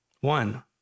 one